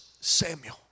Samuel